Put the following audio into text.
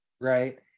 Right